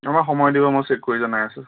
অলপ সময় দিব মই চেক কৰি জনাই আছোঁ